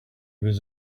was